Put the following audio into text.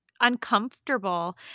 uncomfortable